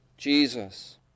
Jesus